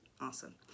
Awesome